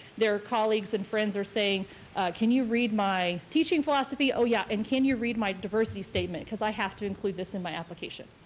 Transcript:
their colleagues and friends are saying can you read my teaching philosophy? oh yeah, and can you read my diversity statement because i have to include this in my application?